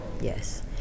yes